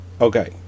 Okay